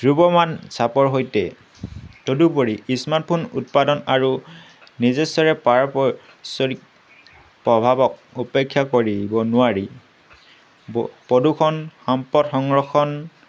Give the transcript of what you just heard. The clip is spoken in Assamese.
ধ্ৰুৱমান চাপৰ সৈতে তদুপৰি স্মাৰ্টফোন উৎপাদন আৰু নিজস্বৰে প্ৰভাৱক অপেক্ষা কৰিব নোৱাৰি ব প্ৰদূষণ সম্পদ সংৰক্ষণ